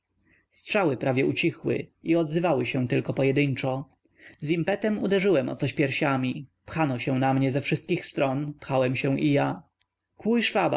strzały prawie ucichły i odzywały się tylko pojedyńczo z impetem uderzyłem o coś piersiami pchano się na mnie ze wszystkim stron pchałem się i ja